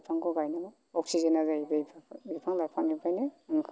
बिफांखौ गायनांगौ अक्सिजेना जाहैबाय बिफां लाइफांनिफ्रायनो ओंखारो